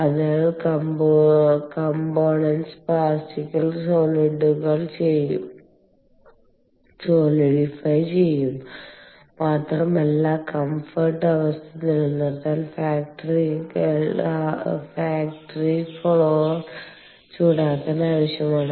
അതിനാൽ കമ്പോണേന്റ്സിൽ പ്ലാസ്റ്റിക്കുകൾ സോളിഡീകരിക്കുക ചെയ്യും മാത്രമല്ല കംഫർട്ട് അവസ്ഥ നിലനിർത്താൻ ഫാക്ടറി ഫ്ലോർ ചൂടാക്കൽ ആവശ്യമണ്